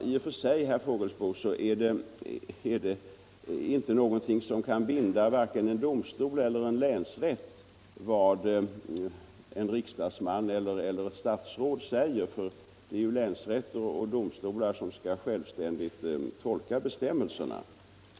I och för sig, herr Fågelsbo, kan varken en domstol eller en länsrätt bindas av det som ett statsråd eller en riksdagsman säger eftersom länsrätter och domstolar självständigt skall tolka bestämmelserna.